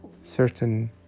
certain